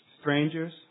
strangers